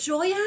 Joy